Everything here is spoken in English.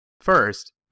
First